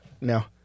now